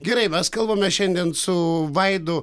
gerai mes kalbame šiandien su vaidu